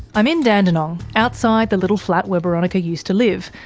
i'm in dandenong, outside the little flat where boronika used to live,